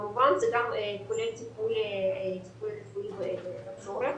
כמובן זה גם כולל טיפול רפואי בעת הצורך.